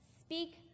Speak